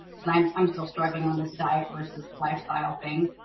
because i'm still struggling on this diet versus lifestyle thing.